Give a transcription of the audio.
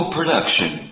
Production